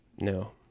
No